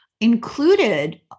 included